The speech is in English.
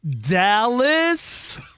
Dallas